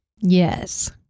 Yes